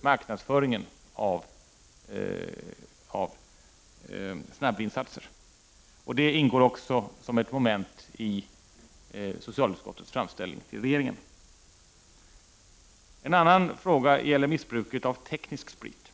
marknadsföringen av snabbvinsatser. Detta ingår också som ett moment i socialutskottets framställning till regeringen. En annan fråga gäller missbruket av teknisk sprit.